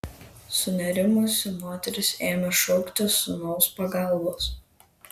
sunerimusi moteris ėmė šauktis sūnaus pagalbos